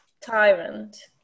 tyrant